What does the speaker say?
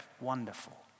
wonderful